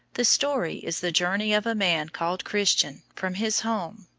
the story is the journey of a man called christian from his home,